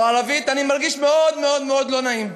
בערבית אני מרגיש מאוד מאוד מאוד לא נעים.